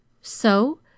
So